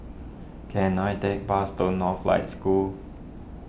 can I take bus to Northlight School